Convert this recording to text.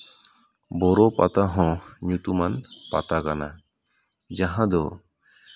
ᱵᱚᱨᱚ ᱯᱟᱛᱟ ᱦᱚᱸ ᱧᱩᱛᱩᱢᱟᱱ ᱯᱟᱛᱟ ᱠᱟᱱᱟ ᱡᱟᱦᱟᱸ ᱫᱚ